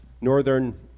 northern